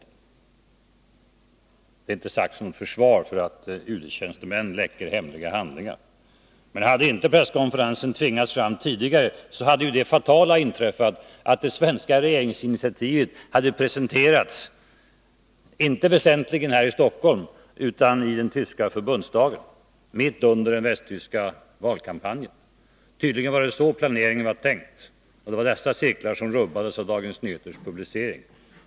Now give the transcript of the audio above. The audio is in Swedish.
Detta är inte sagt som något försvar för att UD-tjänstemän läcker hemliga handlingar. Men hade man inte tvingats hålla presskonferensen tidigare, hade det fatala inträffat att det svenska regeringsinitiativet presenterats inte väsentligen här i Stockholm utan i den tyska förbundsdagen, mitt under den västtyska valkampanjen. Tydligen var det så det hela var tänkt, och det var dessa cirklar som rubbades av Dagens Nyheters publicering.